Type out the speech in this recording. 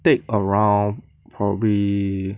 take around probably